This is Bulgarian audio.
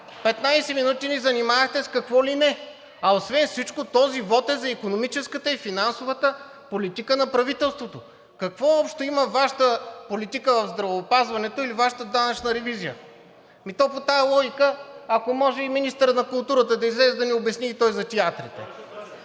минути ни занимавахте с какво ли не, а освен всичко, този вот е за икономическата и финансовата политика на правителството. Какво общо има Вашата политика в здравеопазването и Вашата данъчна ревизия? Ами то по тази логика, ако може и министърът на културата да излезе да ми обясни и той за театрите.